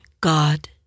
God